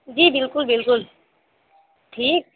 जी बिल्कुल बिल्कुल ठीक